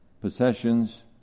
possessions